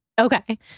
Okay